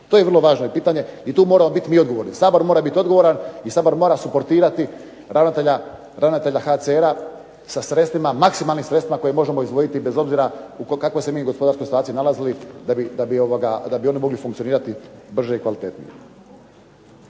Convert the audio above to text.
To je vrlo važno pitanje i tu moramo biti mi odgovorni. Sabor mora biti odgovoran i Sabor mora supportirati ravnatelja HCR-a sa sredstvima, maksimalnim sredstvima koje možemo izdvojiti bez obzira u kakvoj se mi gospodarskoj situaciji nalazili da bi oni mogli funkcionirati brže i kvalitetnije.